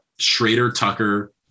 Schrader-Tucker